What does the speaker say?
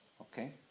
Okay